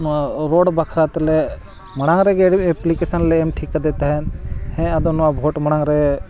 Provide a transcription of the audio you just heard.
ᱱᱚᱣᱟ ᱨᱳᱰ ᱵᱟᱠᱷᱨᱟ ᱛᱮᱞᱮ ᱢᱟᱲᱟᱝ ᱨᱮᱜᱮ ᱮᱯᱞᱤᱠᱮᱥᱚᱱ ᱞᱮ ᱮᱢ ᱴᱷᱤᱠ ᱟᱫᱮ ᱛᱟᱦᱮᱱ ᱦᱮᱸ ᱟᱫᱚ ᱱᱚᱣᱟ ᱵᱷᱳᱴ ᱢᱟᱲᱟᱝ ᱨᱮ